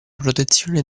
protezione